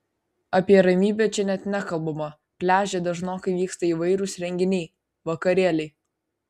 apie ramybę čia net nekalbama pliaže dažnokai vyksta įvairūs renginiai vakarėliai